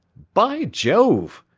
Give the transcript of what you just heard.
by jove!